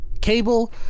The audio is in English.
Cable